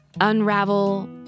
unravel